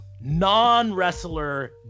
non-wrestler